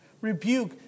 Rebuke